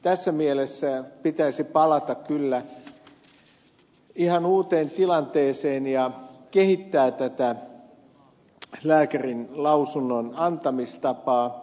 tässä mielessä pitäisi palata kyllä ihan uuteen tilanteeseen ja kehittää tätä lääkärinlausunnon antamistapaa